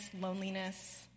loneliness